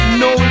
no